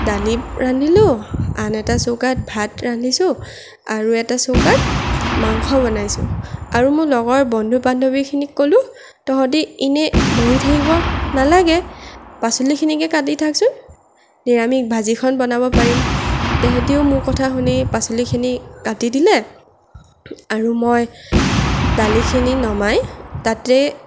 দালি ৰান্ধিলোঁ আন এটা চৌকাত ভাত ৰান্ধিছোঁ আৰু এটা চৌকাত মাংস বনাইছোঁ আৰু মোৰ লগৰ বন্ধু বান্ধৱীখিনিক কলোঁ তহঁতি ইনেই বহি থাকিব নালাগে পাচলিখিনিকে কাটি থাকচোন নিৰামিষ ভাজিখন বনাব পাৰিম তেহেঁতিও মোৰ কথা শুনি পাচলিখিনি কাটি দিলে আৰু মই দালিখিনি নমাই তাতে